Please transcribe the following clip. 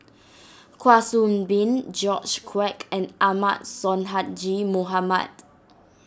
Kwa Soon Bee George Quek and Ahmad Sonhadji Mohamad